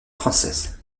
française